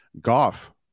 goff